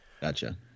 Gotcha